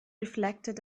reflected